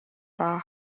war